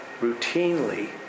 routinely